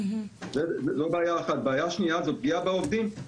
בעיה שנייה, היא פגיעה בעובדים.